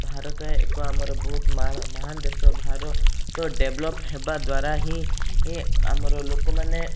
ଭାରତ ଏକ ଆମର ବହୁତ ମହାନ ଦେଶ ଭାର ତ ଡେଭଲପ ହେବା ଦ୍ଵାରା ହିଁ ଆମର ଲୋକମାନେ